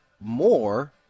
more –